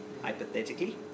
hypothetically